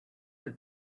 did